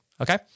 Okay